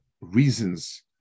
reasons